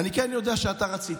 אני כן יודע שאתה רצית,